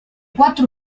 quattro